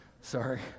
Sorry